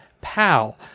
Pal